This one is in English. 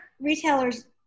retailers